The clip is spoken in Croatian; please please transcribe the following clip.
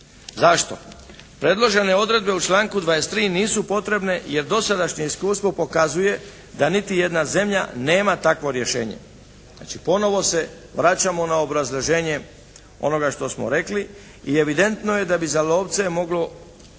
Zašto? Predložene odredbe u članku 23. nisu potrebne jer dosadašnje iskustvo pokazuje da niti jedna zemlja nema takvo rješenje. Znači, ponovo se vraćamo na obrazloženje onoga što smo rekli i evidentno je da bi za lovce moglo,